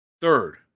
Third